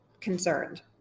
concerned